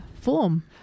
form